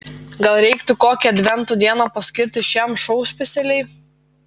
gal reiktų kokią advento dieną paskirti šiam šou specialiai